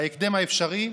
בהקדם האפשרי,